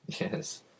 yes